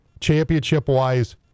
Championship-wise